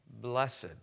Blessed